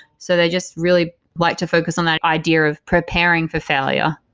so they just really like to focus on that idea of preparing for failure.